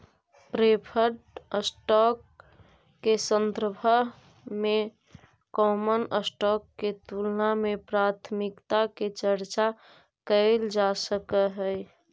preferred stock के संदर्भ में कॉमन स्टॉक के तुलना में प्राथमिकता के चर्चा कैइल जा सकऽ हई